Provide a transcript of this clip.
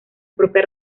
propia